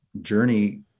journey